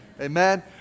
Amen